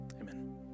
Amen